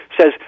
says